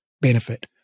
benefit